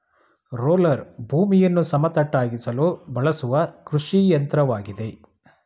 roller ಭೂಮಿಯನ್ನು ಸಮತಟ್ಟಾಗಿಸಲು ಬಳಸುವ ಕೃಷಿಯಂತ್ರವಾಗಿದೆ